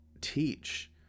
teach